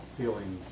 feeling